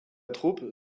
troupe